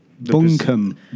bunkum